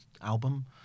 album